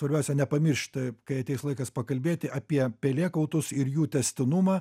svarbiausia nepamiršti kai ateis laikas pakalbėti apie pelėkautus ir jų tęstinumą